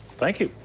thank you.